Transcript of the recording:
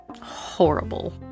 horrible